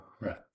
Right